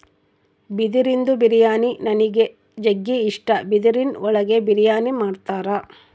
ಬಿದಿರಿಂದು ಬಿರಿಯಾನಿ ನನಿಗ್ ಜಗ್ಗಿ ಇಷ್ಟ, ಬಿದಿರಿನ್ ಒಳಗೆ ಬಿರಿಯಾನಿ ಮಾಡ್ತರ